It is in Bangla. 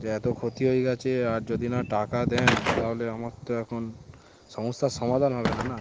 যে এত ক্ষতি হয়ে গেছে আর যদি না টাকা দেন তাহলে আমার তো এখন সমস্যার সমাধান হবে না না